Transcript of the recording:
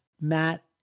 Matt